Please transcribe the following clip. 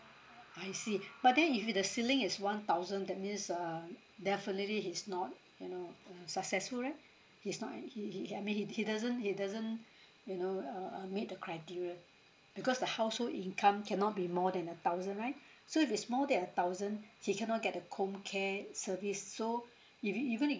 I see but then if you the ceiling is one thousand that means uh definitely he's not you know uh successful right he's not and he he I mean he doesn't he doesn't you know uh uh meet the criteria because the household income cannot be more than a thousand right so if it's more than a thousand he cannot get the home care service so you you gonna